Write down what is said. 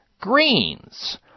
greens